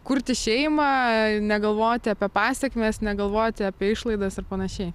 kurti šeimą negalvoti apie pasekmes negalvoti apie išlaidas ir panašiai